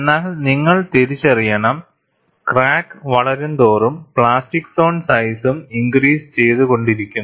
എന്നാൽ നിങ്ങൾ തിരിച്ചറിയണം ക്രാക്ക് വളരുന്തോറും പ്ലാസ്റ്റിക് സോൺ സൈസും ഇൻക്രിസ് ചെയ്തു കൊണ്ടിരിക്കുന്നു